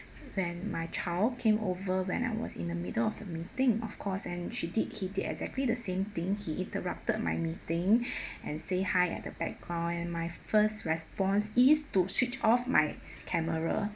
when my child came over when I was in the middle of the meeting of course and she did he did exactly the same thing he interrupted my meeting and say hi at the background and my first response is to switch off my camera